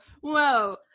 whoa